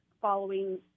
following